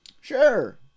Sure